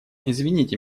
извините